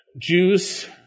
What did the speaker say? Jews